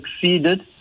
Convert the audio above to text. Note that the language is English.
succeeded